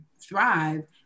thrive